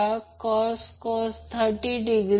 तर आता हे KVA आहे आणि 123